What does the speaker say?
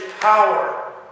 power